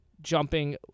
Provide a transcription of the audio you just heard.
jumping